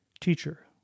Teacher